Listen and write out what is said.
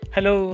Hello